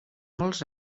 molts